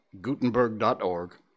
Gutenberg.org